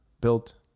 built